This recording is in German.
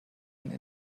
einen